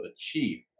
achieve